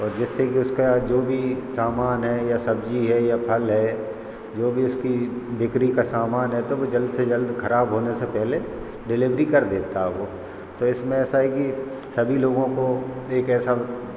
और जिससे कि उसका जो भी सामान है या सब्जी है या फल है जो भी उसकी बिक्री का सामान है तो वो जल्द से जल्द खराब होने से पहले डिलीवरी कर देता है वो तो उसमें ऐसा है कि सभी लोगों को एक ऐसा